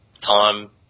time